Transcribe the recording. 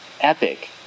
epic